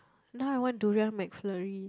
now I want durian McFlurry